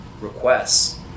requests